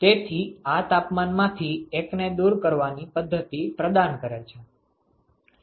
તેથી આ તાપમાનમાંથી એકને દૂર કરવાની પદ્ધતિ પ્રદાન કરે છે